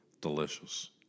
Delicious